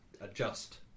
adjust